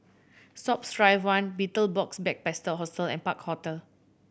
Sports Drive One Betel Box Backpackers Hostel and Park Hotel